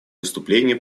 выступление